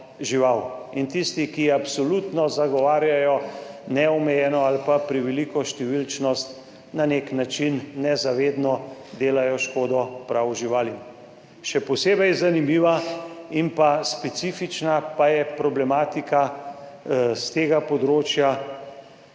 in tisti, ki absolutno zagovarjajo neomejeno ali pa preveliko številčnost, na nek način nezavedno delajo škodo prav živalim. Še posebej zanimiva in pa specifična pa je problematika s tega področja